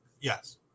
Yes